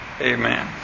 Amen